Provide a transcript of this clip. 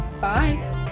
Bye